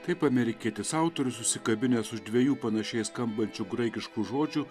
taip amerikietis autorius užsikabinęs už dvejų panašiai skambančių graikiškų žodžių